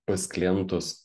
pas klientus